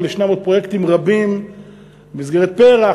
אבל ישנם עוד פרויקטים רבים במסגרת פר"ח,